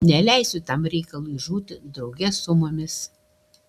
neleisiu tam reikalui žūti drauge su mumis